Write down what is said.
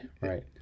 right